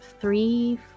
three